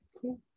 Cool